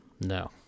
No